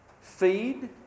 feed